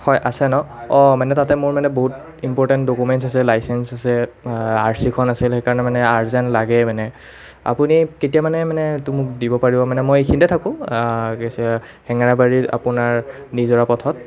হয় আছে ন অঁ মানে তাতে মোৰ মানে বহুত ইমপৰ্টেণ্ট ডকুমেণ্টছ আছে লাইচেন্স আছে আৰ চিখন আছিল সেইকাৰণে মানে আৰজেণ্ট লাগে মানে আপুনি কেতিয়া মানে মানে এইটো মোক দিব পাৰিব মানে মই এইখিনিতে থাকোঁ কি আছে হেঙেৰাবাৰীৰ আপোনাৰ নিজৰাপথত